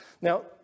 Now